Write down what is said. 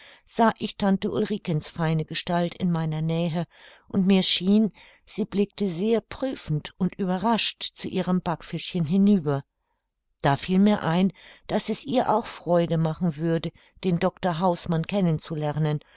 sah ich tante ulrikens feine gestalt in meiner nähe und mir schien sie blickte sehr prüfend und überrascht zu ihrem backfischchen hinüber da fiel mir ein daß es ihr auch freude machen würde den dr hausmann